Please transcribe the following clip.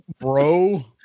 Bro